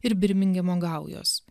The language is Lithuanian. ir birmingemo gaujos